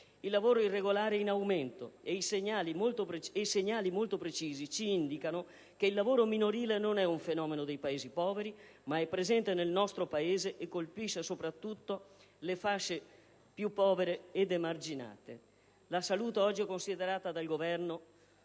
Il lavoro irregolare è in aumento, e segnali molto precisi ci indicano che il lavoro minorile non è un fenomeno dei Paesi poveri, ma è presente nel nostro Paese e colpisce soprattutto le fasce più povere ed emarginate. La salute oggi non è considerata dal Governo